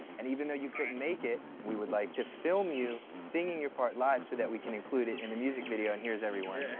and even though you couldn't make it, we would like to film you singing your part live, so that we can include it in the music video. and here's everyone. yeah